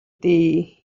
дээ